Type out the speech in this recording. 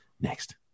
Next